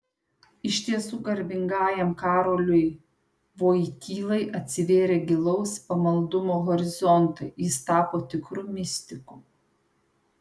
iš tiesų garbingajam karoliui vojtylai atsivėrė gilaus pamaldumo horizontai jis tapo tikru mistiku